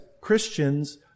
Christians